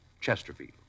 Chesterfield